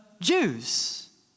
Jews